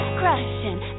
crushing